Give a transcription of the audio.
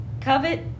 covet